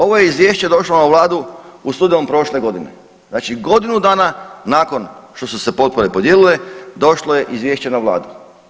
Ovo je izvješće došlo na Vladu u studenom prošle godine, znači godinu dana nakon što su se potpore podijelile došlo je izvješće na Vladu.